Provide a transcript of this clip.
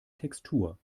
textur